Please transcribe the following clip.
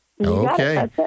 Okay